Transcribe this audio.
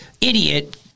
idiot